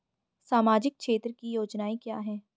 सामाजिक क्षेत्र की योजनाएं क्या हैं?